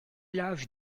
l’âge